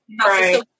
right